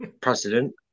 president